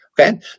Okay